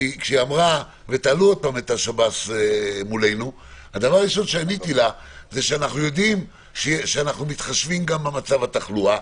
ותעלו עוד פעם את השב"ס מולנו זה שאנחנו מתחשבים גם במצב התחלואה.